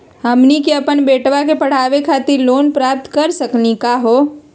हमनी के अपन बेटवा क पढावे खातिर लोन प्राप्त कर सकली का हो?